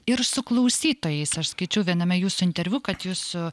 ir su klausytojais aš skaičiau viename jūsų interviu kad jūsų